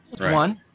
One